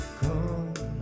come